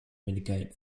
mitigate